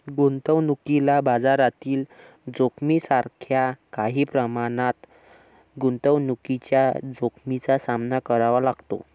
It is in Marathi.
गुंतवणुकीला बाजारातील जोखमीसारख्या काही प्रमाणात गुंतवणुकीच्या जोखमीचा सामना करावा लागतो